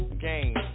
game